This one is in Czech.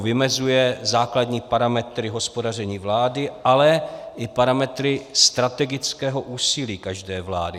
Vymezuje základní parametry hospodaření vlády, ale i parametry strategického úsilí každé vlády.